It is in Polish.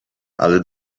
ale